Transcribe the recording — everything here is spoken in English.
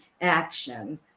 action